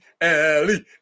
Ellie